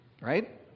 right